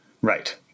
Right